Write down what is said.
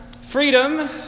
Freedom